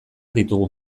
ditugu